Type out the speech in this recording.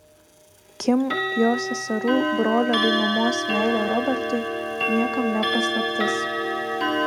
kim jos seserų brolio bei mamos meilė robertui niekam ne paslaptis